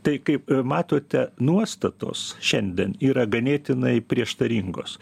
tai kaip matote nuostatos šiandien yra ganėtinai prieštaringos